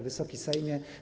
Wysoki Sejmie!